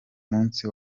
munsi